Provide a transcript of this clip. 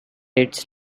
its